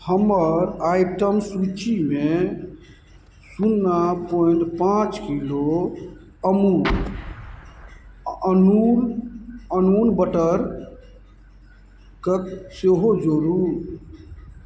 हमर आइटम सूचीमे शुन्ना पॉंइंट पाँच किलो अमूल अनून अनून बटरके सेहो जोड़ू